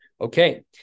Okay